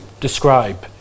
describe